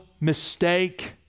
mistake